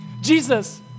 Jesus